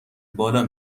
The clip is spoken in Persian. بالا